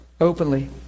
Openly